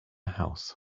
house